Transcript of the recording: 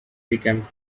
became